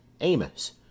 Amos